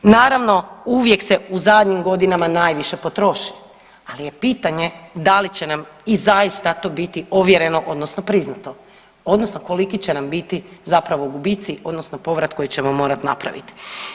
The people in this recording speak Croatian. Naravno, uvijek se u zadnjim godinama najviše potroši ali je pitanje da li će nam i zaista to biti ovjereno odnosno priznato odnosno koliki će nam biti zapravo gubitci odnosno povrat koji ćemo morat napravit.